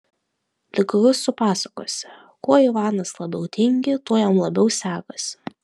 lyg rusų pasakose kuo ivanas labiau tingi tuo jam labiau sekasi